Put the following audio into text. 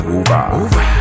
over